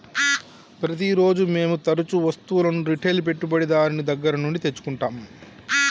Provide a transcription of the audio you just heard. ప్రతిరోజూ మేము తరుచూ వస్తువులను రిటైల్ పెట్టుబడిదారుని దగ్గర నుండి తెచ్చుకుంటం